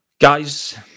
Guys